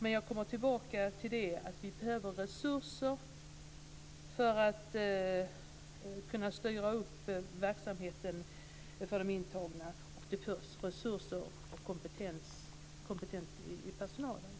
Men jag kommer tillbaka till att vi behöver resurser för att kunna styra upp verksamheten för de intagna. Det krävs resurser och kompetens hos personalen.